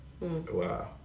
Wow